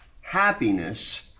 happiness